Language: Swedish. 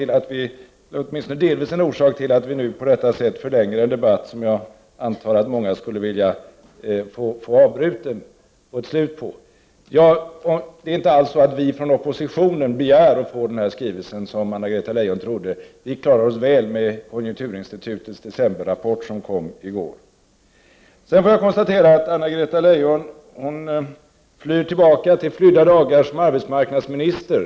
Och det är åtminstone delvis orsaken till att vi nu på detta sätt förlänger en debatt som jag antar att många skulle vilja få ett slut på. Det är inte alls så som Anna-Greta Leijon tror att vi från oppositionspartierna begär att få denna skrivelse. Vi klarar oss mycket bra med konjunkturinstitutets decemberrapport, som kom i går. Jag konstaterar att Anna-Greta Leijon flyr tillbaka till sina dagar som arbetsmarknadsminister.